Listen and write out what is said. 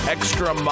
Extra